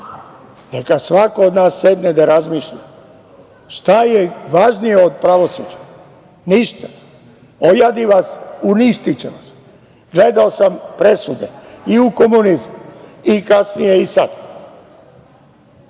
neka svako od nas sedne da razmišlja šta je važnije od pravosuđa. Ništa. Ojadi vas, uništiće vas. Gledao sam presude i u komunizmu i kasnije i sad.